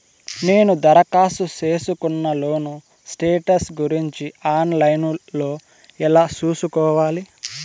నేను దరఖాస్తు సేసుకున్న లోను స్టేటస్ గురించి ఆన్ లైను లో ఎలా సూసుకోవాలి?